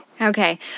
Okay